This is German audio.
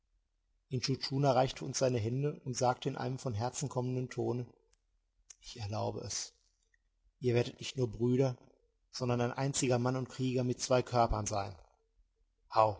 tschuna reichte uns seine hände und sagte in einem von herzen kommenden tone ich erlaube es ihr werdet nicht nur brüder sondern ein einziger mann und krieger mit zwei körpern sein